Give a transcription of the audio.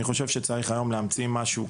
אני חושב שצריך להמציא משהו,